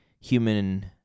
human